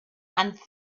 and